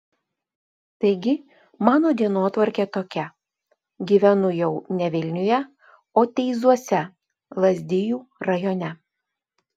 taigi mano dienotvarkė tokia gyvenu jau ne vilniuje o teizuose lazdijų rajone